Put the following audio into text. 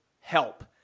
help